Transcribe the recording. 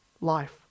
life